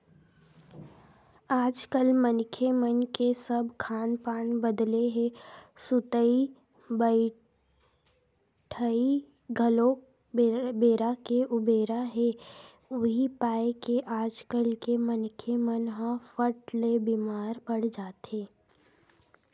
आजकल मनखे मन के सब खान पान बदले हे सुतई बइठई घलोक बेरा के उबेरा हे उहीं पाय के आजकल के मनखे मन ह फट ले बीमार पड़ जाथे